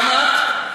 גם את?